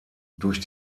durch